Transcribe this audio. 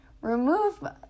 remove